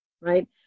right